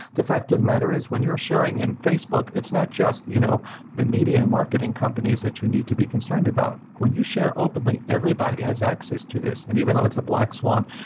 the fact of the matter is when you're sharing in facebook, it's not just you know the media and marketing companies that you need to be concerned about. when you share openly, everybody has access to this. and even though it's a black swan,